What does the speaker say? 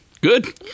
Good